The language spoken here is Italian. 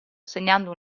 segnando